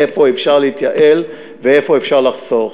איפה אפשר להתייעל ואיפה אפשר לחסוך.